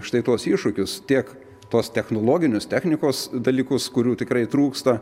štai tuos iššūkius tiek tuos technologinius technikos dalykus kurių tikrai trūksta